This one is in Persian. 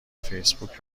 فیسبوک